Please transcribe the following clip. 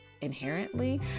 inherently